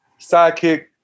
sidekick